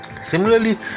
Similarly